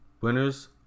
Winners